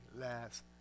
last